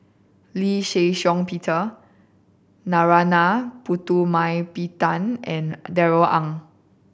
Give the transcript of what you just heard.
Lee Shih Shiong Peter Narana Putumaippittan and Darrell Ang